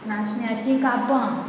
नाशण्याची कापां